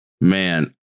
Man